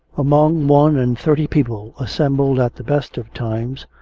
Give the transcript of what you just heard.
among one-and-thirty people assembled at the best of times,